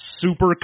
super